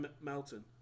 Melton